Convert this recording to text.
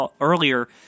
earlier